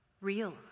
Real